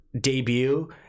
debut